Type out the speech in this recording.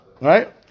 Right